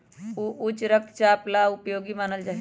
ऊ उच्च रक्तचाप ला उपयोगी मानल जाहई